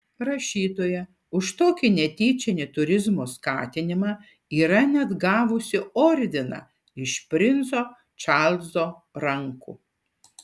rašytoja už tokį netyčinį turizmo skatinimą yra net gavusi ordiną iš princo čarlzo rankų